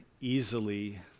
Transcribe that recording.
easily